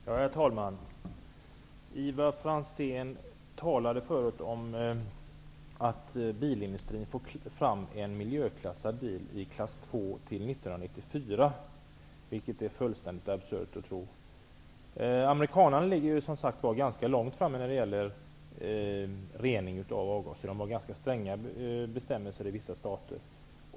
Herr talman! Ivar Franzén sade att bilindustrin kan få fram en bil i miljöklass 2 till 1994, vilket är fullständigt absurt att tro. Amerikanarna ligger ganska långt framme när det gäller avgasrening. I vissa stater är bestämmelserna ganska stränga.